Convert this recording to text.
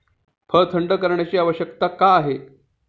फळ थंड करण्याची आवश्यकता का आहे?